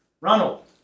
Ronald